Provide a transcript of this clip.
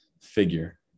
figure